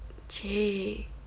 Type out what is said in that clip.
!chey!